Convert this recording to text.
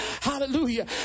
hallelujah